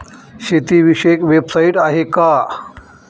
शेतीविषयक वेबसाइट आहे का?